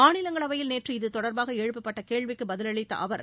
மாநிலங்களவையில் நேற்று இதுதொடர்பாக எழுப்பப்பட்ட கேள்விக்கு பதிலளித்த அவர்